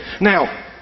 now